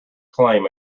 claim